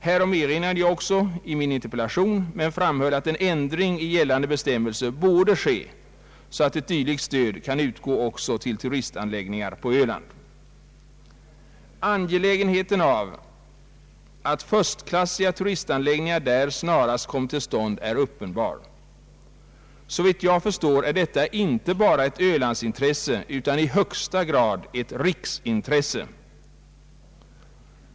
Härom erinrade jag också i min interpellation men framhöll att en ändring i gällande bestämmelser borde ske, så att dylikt stöd kan utgå också till turistanläggningar på Öland. Angelägenheten av att förstklassiga turistanläggningar där snarast kommer till stånd är uppenbar. Såvitt jag förstår är detta inte bara ett Ölandsintresse utan i högsta grad ett riksintresse.